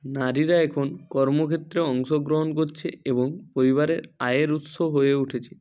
নারীরা এখন কর্মক্ষেত্রে অংশগ্রহণ করছে এবং পরিবারের আয়ের উৎস হয়ে উঠেছে